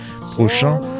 prochain